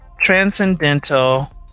Transcendental